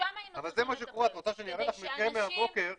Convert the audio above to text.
שמה היינו